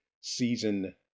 season